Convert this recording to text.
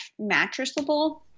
mattressable